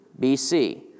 BC